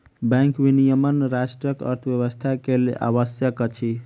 bank विनियमन राष्ट्रक अर्थव्यवस्था के लेल आवश्यक अछि